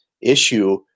issue